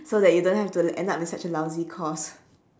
so that you don't have to end up in such a lousy course